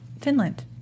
Finland